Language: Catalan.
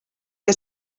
que